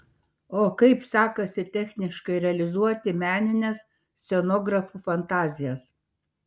o kaip sekasi techniškai realizuoti menines scenografų fantazijas